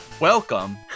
Welcome